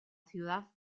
ciudad